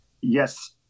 yes